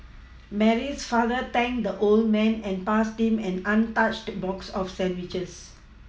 Mary's father thanked the old man and passed him an untouched box of sandwiches